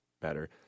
better